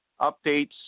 updates